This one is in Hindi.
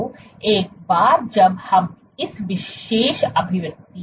तो एक बार जब हम इस विशेष अभिव्यक्ति है